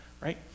right